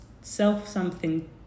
self-something